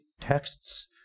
texts